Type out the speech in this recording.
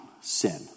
sin